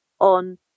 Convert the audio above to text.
on